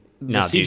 no